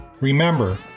Remember